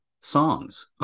songs